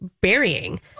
burying